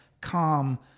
Calm